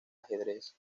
ajedrez